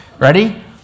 Ready